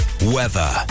Weather